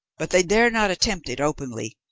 but they dare not attempt it openly.